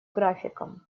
графиком